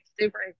super